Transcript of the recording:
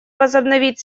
возобновить